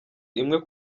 imwe